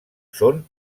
són